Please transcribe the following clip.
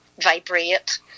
vibrate